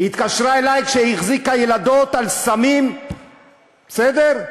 היא התקשרה אלי כשהיא החזיקה ילדות על סמים, בסדר?